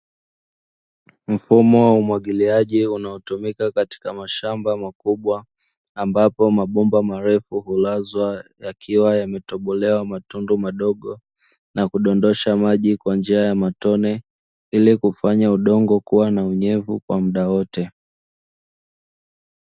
Mfumo wa umwagiliaji unaotumika katika mashamba makubwa ambapo mabomba marefu hulazwa yakiwa yametobolewa matundu madogo, na kudondosha maji kwa njia matone ili kufanya udongo kuwa na unyevu kwa mda wote.